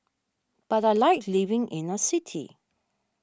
but I like living in a city